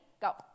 Go